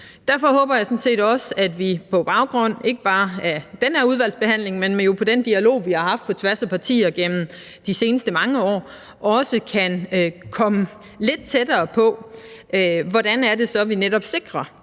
Derfor håber jeg sådan set også, at vi på baggrund af ikke bare den her behandling, men også på baggrund af den dialog, vi har haft på tværs af partier igennem de seneste mange år, også kan komme lidt tættere på, hvordan vi så netop sikrer,